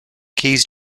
keys